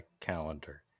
calendar